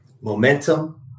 Momentum